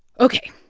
ok.